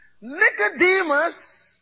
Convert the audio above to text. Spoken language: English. Nicodemus